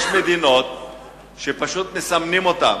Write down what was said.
יש מדינות שפשוט מסמנים אותם,